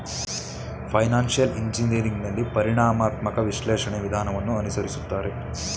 financial engineering ನಲ್ಲಿ ಪರಿಣಾಮಾತ್ಮಕ ವಿಶ್ಲೇಷಣೆ ವಿಧಾನವನ್ನು ಅನುಸರಿಸುತ್ತಾರೆ